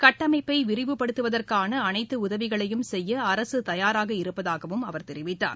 கட்டமைப்பை விரிவுபடுத்துவதற்கான அனைத்து உதவிகளையும் செய்ய அரசு தயாராக இருப்பதாகவும் அவர் தெரிவித்தார்